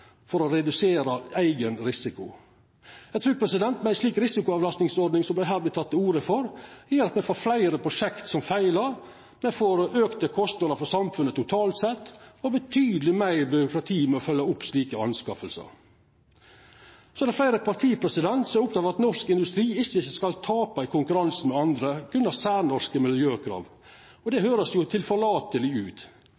som skal redusera eigen risiko. Ei slik risikoavlastingsordning som det her vert teke til orde for, gjer at me får fleire prosjekt som feilar, me får auka kostnader for samfunnet totalt sett og langt meir byråkrati med å følgja opp slike innkjøp. Det er fleire parti som er opptekne av at norsk industri ikkje skal tapa i konkurransen med andre på grunn av særnorske miljøkrav. Det høyrest tilforlateleg ut. Men det vert nesten umogleg å følgja opp i praksis, og